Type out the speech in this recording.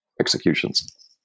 executions